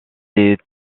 est